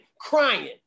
crying